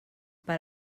per